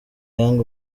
young